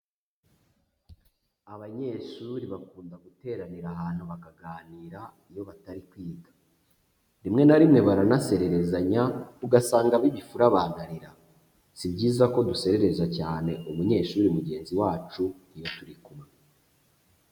Abanyeshuri bakunda guteranira ahantu bakaganira iyo batari kwiga, rimwe na rimwe baranasererezanya ugasanga abibifura banarira, si byiza ko duserereza cyane umunyeshuri mugenzi wacu iyo turi kumwe.